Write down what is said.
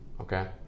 okay